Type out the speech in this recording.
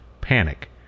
panic